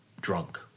drunk